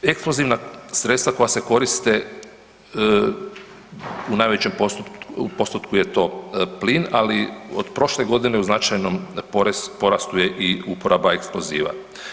Eksplozivna sredstva koja se koriste, u najvećem postotku je to plin ali od prošle godine u značajnom porastu je i uporaba eksploziva.